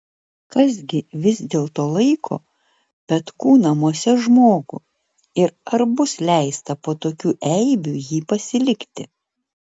kas gi vis dėlto laiko petkų namuose žmogų ir ar bus leista po tokių eibių jį pasilikti